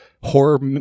horror